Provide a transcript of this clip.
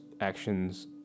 actions